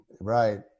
Right